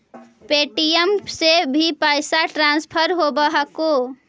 Paytm से भी पैसा ट्रांसफर होवहकै?